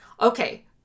Okay